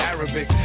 Arabic